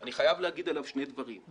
אני חייב לומר עליו שני דברים.